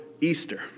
Easter